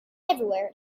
everywhere